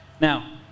Now